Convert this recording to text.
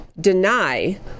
deny